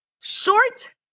short